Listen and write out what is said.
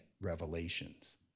revelations